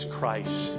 Christ